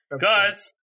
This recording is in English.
Guys